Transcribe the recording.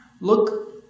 Look